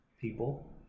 people